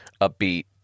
upbeat